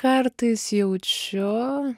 kartais jaučiu